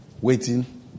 waiting